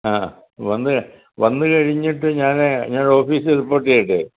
ആ വന്ന് വന്ന് കഴിഞ്ഞിട്ട് ഞാൻ നിങ്ങളുടെ ഓഫീസിൽ റിപ്പോർട്ട് ചെയ്യട്ടെ